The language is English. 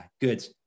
good